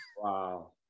Wow